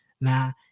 Now